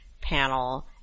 panel